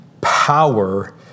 power